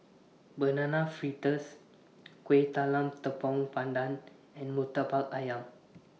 Banana Fritters Kueh Talam Tepong Pandan and Murtabak Ayam